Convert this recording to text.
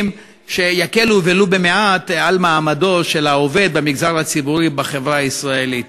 להסכמים שיקלו ולו במעט על העובד במגזר הציבורי בחברה הישראלית.